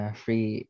free